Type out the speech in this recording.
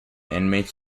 inmates